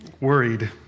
worried